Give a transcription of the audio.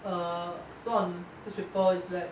err saw on newspapers is that